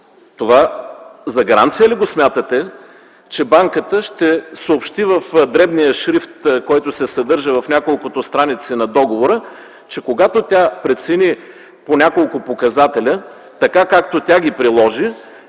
За гаранция ли смятате това, че банката ще съобщи в дребния шрифт, който се съдържа в няколкото страници на договора, че когато тя прецени по няколко показателя, както тя ги приложи